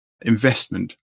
investment